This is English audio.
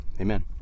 amen